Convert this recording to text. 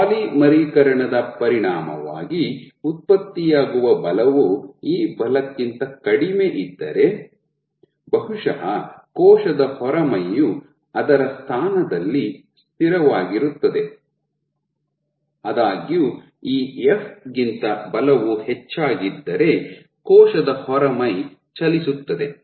ಪಾಲಿಮರೀಕರಣದ ಪರಿಣಾಮವಾಗಿ ಉತ್ಪತ್ತಿಯಾಗುವ ಬಲವು ಈ ಬಲಕ್ಕಿಂತ ಕಡಿಮೆಯಿದ್ದರೆ ಬಹುಶಃ ಕೋಶದ ಹೊರಮೈಯು ಅದರ ಸ್ಥಾನದಲ್ಲಿ ಸ್ಥಿರವಾಗಿರುತ್ತದೆ ಆದಾಗ್ಯೂ ಈ ಎಫ್ ಗಿಂತ ಬಲವು ಹೆಚ್ಚಾಗಿದ್ದರೆ ಕೋಶದ ಹೊರಮೈ ಚಲಿಸುತ್ತದೆ